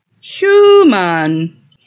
human